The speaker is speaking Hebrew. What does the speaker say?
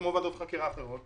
כמו ועדות חקירה אחרות,